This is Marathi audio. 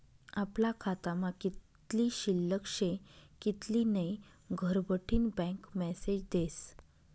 आपला खातामा कित्ली शिल्लक शे कित्ली नै घरबठीन बँक मेसेज देस